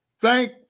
Thank